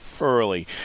early